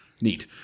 neat